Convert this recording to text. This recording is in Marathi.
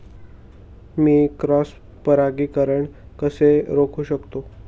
मी क्रॉस परागीकरण कसे रोखू शकतो?